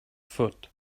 foot